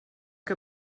que